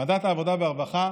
ועדת העבודה והרווחה